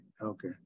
okay